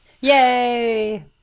Yay